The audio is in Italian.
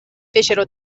fecero